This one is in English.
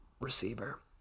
receiver